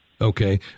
Okay